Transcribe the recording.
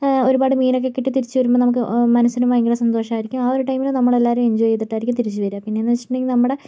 ഒരുപാട് മീനൊക്കെ കിട്ടി തിരിച്ചുവരുമ്പോൾ നമുക്ക് മനസിനും ഭയങ്കര സന്തോഷായിരിക്കും ആ ഒരു ടൈമില് നമ്മളെല്ലാവരും എഞ്ചോയ് ചെയ്തിട്ടായിരിക്കും തിരിച്ചു വരിക പിന്നെന്നു വെച്ചിട്ടുണ്ടെങ്കിൽ നമ്മുടെ